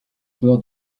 joueur